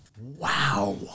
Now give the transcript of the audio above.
Wow